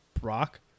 brock